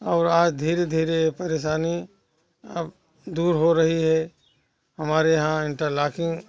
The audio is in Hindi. और आज धीरे धीरे ये परेशानी अब दूर हो रही है हमारे यहाँ इंटरलाकिंग